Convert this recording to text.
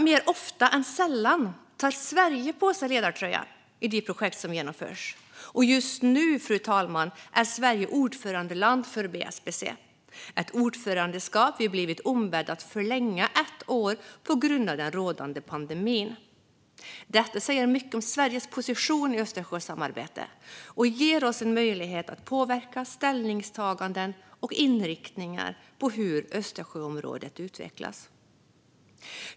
Mer ofta än sällan tar Sverige på sig ledartröjan i de projekt som genomförs, och just nu, fru talman, är Sverige ordförandeland för BSPC - ett ordförandeskap vi blivit ombedda att förlänga med ett år på grund av den rådande pandemin. Detta säger mycket om Sveriges position i Östersjösamarbetet och ger oss möjlighet att påverka ställningstaganden och inriktningar när det gäller hur Östersjöområdet utvecklas.